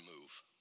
move